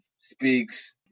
speaks